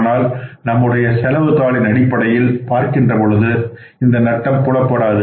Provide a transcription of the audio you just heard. ஆனால் நம்முடைய செலவுதாளின் அடிப்படையில் பார்க்கின்ற பொழுது இந்த நட்டம் புலப்படாது